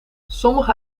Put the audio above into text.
sommige